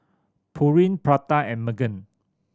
Pureen Prada and Megan